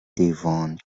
devon